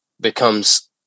becomes